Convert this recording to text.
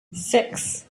six